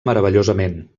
meravellosament